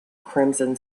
crimson